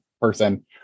person